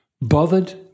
bothered